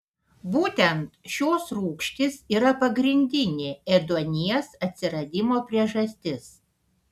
būtent šios rūgštys yra pagrindinė ėduonies atsiradimo priežastis